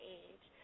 age